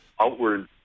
outward